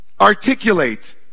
articulate